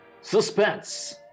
Suspense